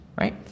right